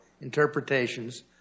interpretations